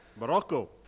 Morocco